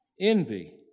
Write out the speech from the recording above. Envy